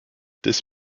this